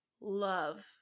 love